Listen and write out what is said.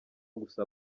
gusa